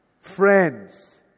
friends